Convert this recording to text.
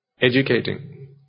educating